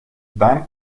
dan